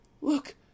look